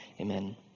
amen